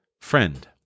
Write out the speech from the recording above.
Friend